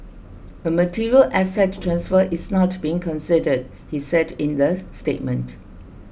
a material asset transfer is not being considered he said in the statement